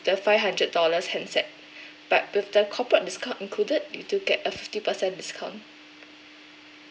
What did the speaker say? with the five hundred dollars handset but with the corporate discount included you do get a fifty percent discount